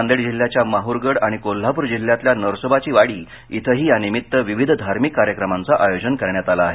नांदेड जिल्ह्य़ाच्या माहूरगड आणि कोल्हापूर जिल्ह्यातल्या नरसोबाची वाडी इथंही यानिमित्त विविध कार्यक्रमांचं आयोजन करण्यात आल आहे